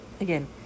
Again